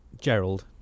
Gerald